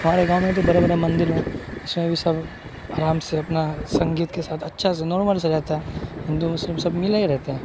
ہمارے گاؤں میں جو بڑے بڑے مندر ہیں اس میں بھی سب آرام سے اپنا سنگیت کے ساتھ اچھا سے نارمل سے رہتے ہیں ہندو مسلم سب ملے ہی رہتے ہیں